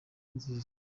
nziza